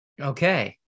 Okay